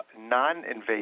non-invasive